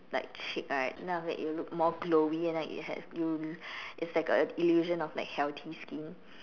like cheek right and then after that it will look more glowy and like it has you it's like a illusion of like healthy skin